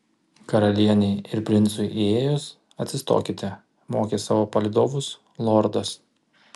karalienei ir princui įėjus atsistokite mokė savo palydovus lordas